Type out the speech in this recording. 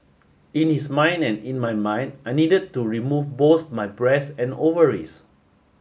in his mind and in my mind I needed to remove both my breast and ovaries